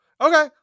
Okay